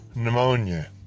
pneumonia